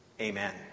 amen